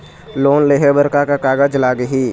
Loan लेहे बर का का कागज लगही?